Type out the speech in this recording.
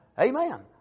Amen